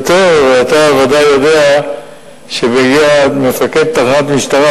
ואתה ודאי יודע בעניין מפקד תחנת משטרה,